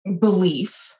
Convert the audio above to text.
belief